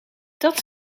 dat